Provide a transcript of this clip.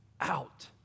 out